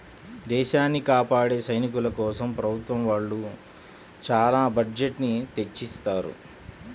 దేశాన్ని కాపాడే సైనికుల కోసం ప్రభుత్వం వాళ్ళు చానా బడ్జెట్ ని తెచ్చిత్తారు